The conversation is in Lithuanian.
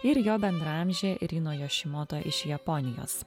ir jo bendraamžė rino jošimoto iš japonijos